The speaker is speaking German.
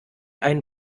ein